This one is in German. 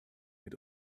mit